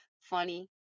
funny